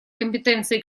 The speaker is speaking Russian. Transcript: компетенции